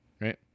Right